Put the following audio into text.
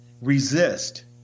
resist